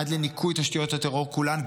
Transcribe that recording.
עד לניקוי תשתיות הטרור כולן,